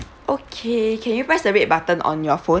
okay can you press the red button on your phone